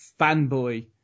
fanboy